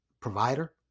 provider